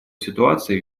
ситуации